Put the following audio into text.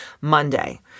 Monday